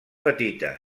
petita